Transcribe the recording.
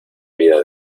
vida